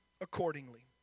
accordingly